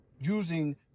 using